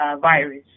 virus